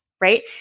right